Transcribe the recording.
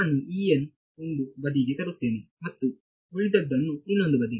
ನಾನು ಒಂದು ಬದಿಗೆ ತರುತ್ತೇನೆ ಮತ್ತು ಉಳಿದದ್ದನ್ನು ಇನ್ನೊಂದು ಬದಿಗೆ